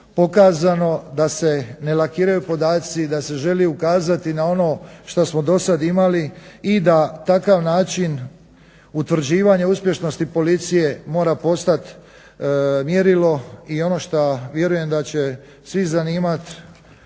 pokazano da se ne lakiraju podaci, da se želi ukazati na ono što smo do sada imali i da takav način utvrđivanja uspješnosti policije mora postati mjerilo i ono što vjerujem da će sve zanimati